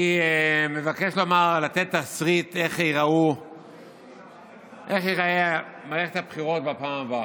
אני מבקש לתת תסריט איך תיראה מערכת הבחירות בפעם הבאה.